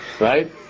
right